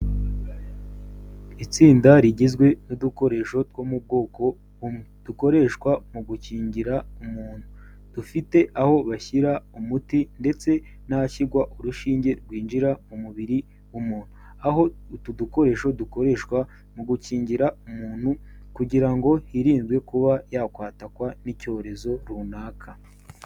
Itsinda rigizwe n'udukoresho two mu bwoko bumwe dukoreshwa mu gukingira umuntu, dufite aho bashyira umuti ndetse n'ahashyigwa urushinge rwinjira mu mubiri w'umuntu. Aho utu dukoresho dukoreshwa mu gukingira umuntu kugira ngo hirindwe kuba yakwatakwa n'icyorezo runaka.